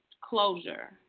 closure